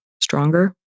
stronger